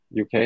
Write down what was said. UK